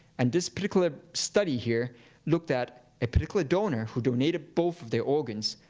and this particular study here looked at a particular donor who donated both of their organs,